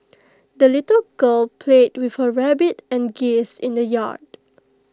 the little girl played with her rabbit and geese in the yard